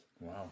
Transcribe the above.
Wow